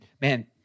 Man